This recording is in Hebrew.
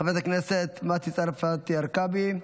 חברת הכנסת מטי צרפתי הרכבי,